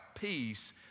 peace